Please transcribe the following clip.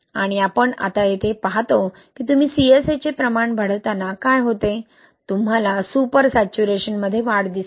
आणि आपण आता येथे पाहतो की तुम्ही CSA चे प्रमाण वाढवताना काय होते तुम्हाला सुपर सॅच्युरेशनमध्ये वाढ दिसते